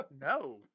No